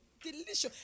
delicious